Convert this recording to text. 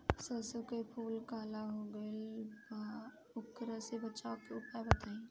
सरसों के फूल काला हो गएल बा वोकरा से बचाव के उपाय बताई?